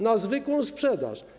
Na zwykłą sprzedaż.